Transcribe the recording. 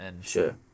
Sure